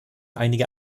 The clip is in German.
einige